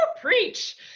preach